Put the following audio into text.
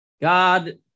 God